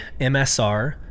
MSR